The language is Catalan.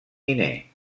miner